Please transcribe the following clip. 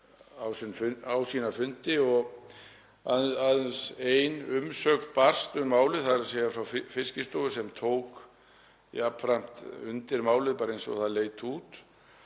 á sína fundi og aðeins ein umsögn barst um málið, þ.e. frá Fiskistofu sem tók jafnframt undir málið bara eins og það leit út